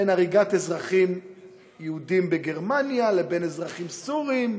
בין הריגת יהודים בגרמניה לבין אזרחים סורים.